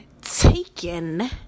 taken